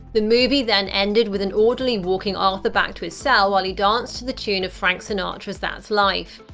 the movie then ended with an orderly walking arthur back to his cell while he danced to the tune of frank sinatra's that's life.